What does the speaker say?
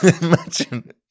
imagine